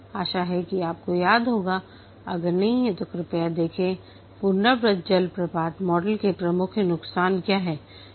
आशा है कि आपको याद होगा अगर नहीं तो कृपया देखें पुनरावृत्त जलप्रपात मॉडल के प्रमुख नुकसान क्या हैं